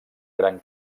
gran